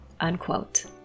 Unquote